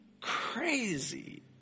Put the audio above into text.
crazy